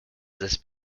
this